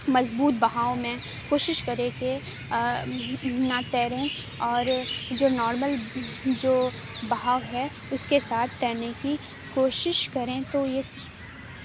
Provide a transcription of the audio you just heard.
مضبوط بہاؤ میں کوشش کرے کہ نہ تیریں اور جو نارمل جو بہاؤ ہے اس کے ساتھ تیرنے کی کوشش کریں تو یہ